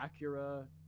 Acura